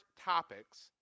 topics